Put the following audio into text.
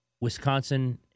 Wisconsin